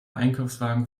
einkaufswagen